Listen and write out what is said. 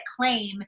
claim